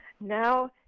now